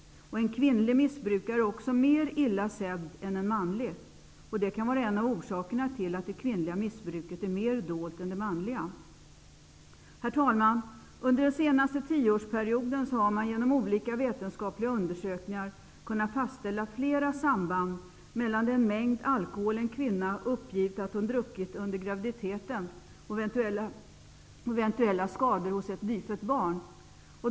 En kvinnlig missbrukare är också mer illa sedd än en manlig. Det kan vara en av orsakerna till att det kvinnliga missbruket är mer dolt än det manliga. Herr talman! Under den senaste tioårsperioden har man genom olika vetenskapliga undersökningar kunnat fastställa flera samband mellan den mängd alkohol en kvinna uppgivit att hon druckit under graviditeten och eventuella skador hos ett nyfött barn.